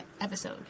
episode